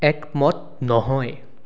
একমত নহয়